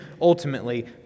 ultimately